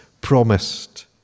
promised